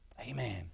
Amen